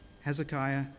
Hezekiah